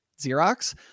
Xerox